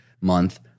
Month